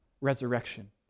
resurrection